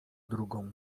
drugą